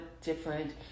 different